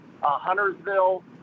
Huntersville